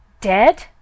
Dead